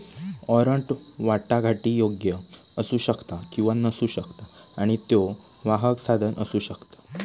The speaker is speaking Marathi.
वॉरंट वाटाघाटीयोग्य असू शकता किंवा नसू शकता आणि त्यो वाहक साधन असू शकता